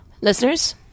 listeners